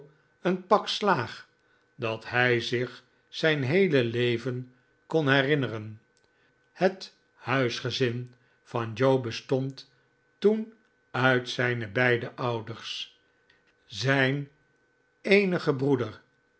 een pak slaag dat hi zich zijn geheele leven kon herinneren het huisgezin van joe bestond toen uit zijne beide ouders zijn eenige broeder